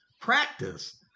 Practice